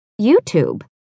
YouTube